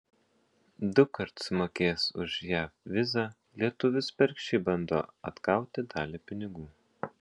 dukart sumokėjęs už jav vizą lietuvis bergždžiai bando atgauti dalį pinigų